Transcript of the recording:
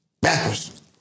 Backwards